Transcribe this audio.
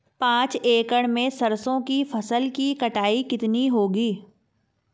पांच एकड़ में सरसों की फसल की कटाई कितनी होगी?